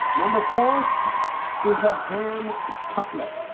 number four is the ham cutlet